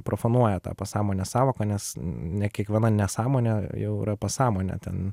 profanuoja tą pasąmonės sąvoką nes ne kiekviena nesąmonė jau yra pasąmonė ten